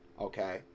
Okay